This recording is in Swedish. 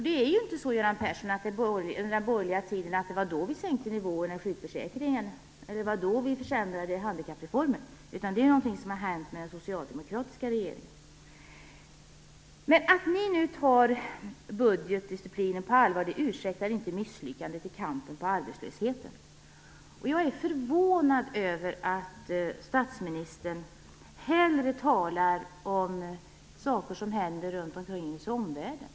Det är ju inte så, Göran Persson, att det var under den borgerliga tiden som vi sänkte nivåerna i sjukförsäkringen eller försämrade handikappreformen. Det är någonting som har hänt under den socialdemokratiska regeringen. Att ni nu tar budgetdisciplinen på allvar ursäktar inte misslyckandet i kampen mot arbetslösheten. Jag är förvånad över att statsministern hellre talar om saker som händer runt omkring oss i omvärlden.